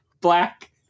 black